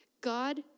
God